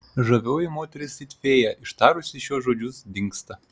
žavioji moteris it fėja ištarusi šiuos žodžius dingsta